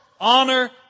honor